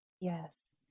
yes